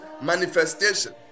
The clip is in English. manifestation